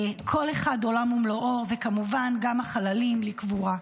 כל אחד עולם ומלואו, כמובן, גם החללים לקבורה.